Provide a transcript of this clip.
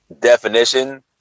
definition